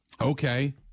Okay